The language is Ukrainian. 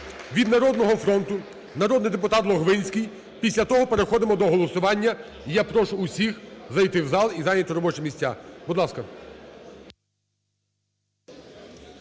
від "Народного фронту" народний депутат Логвинський, після того переходимо до голосування. Я прошу всіх зайти у зал і зайняти робочі місця. Будь ласка.